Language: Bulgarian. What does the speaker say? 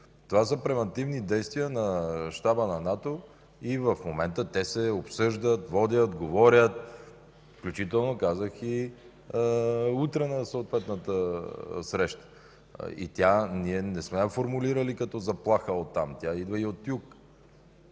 Това са превантивни действия на щаба на НАТО и в момента те се обсъждат, водят, говорят, включително казах и утре на съответната среща. Ние не сме я формулирали като заплаха оттам, тя идва и от юг.